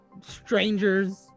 strangers